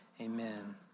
Amen